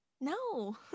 No